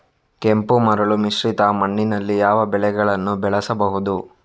ಕೆಂಪು ಮರಳು ಮಿಶ್ರಿತ ಮಣ್ಣಿನಲ್ಲಿ ಯಾವ ಬೆಳೆಗಳನ್ನು ಬೆಳೆಸಬಹುದು?